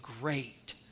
great